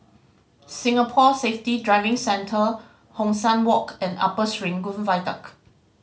Singapore Safety Driving Centre Hong San Walk and Upper Serangoon Viaduct